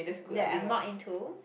that I'm not into